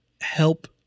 help